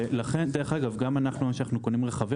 לכן דרך אגב גם אנחנו כשאנחנו קונים רכבים